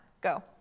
Go